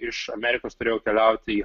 iš amerikos turėjau keliauti į